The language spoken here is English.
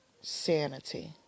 Sanity